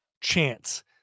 chance